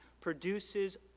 produces